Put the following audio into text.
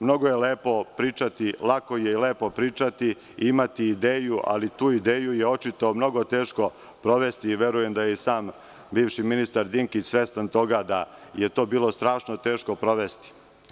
Mnogo je lako i lepo pričati, imati ideju, ali tu ideju je očito mnogo teško sprovesti i verujem da je i sam bivši ministar Dinkić svestan toga da je to bilo strašno teško sprovesti.